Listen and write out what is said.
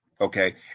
Okay